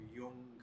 young